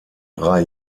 drei